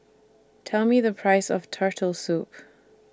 Tell Me The Price of Turtle Soup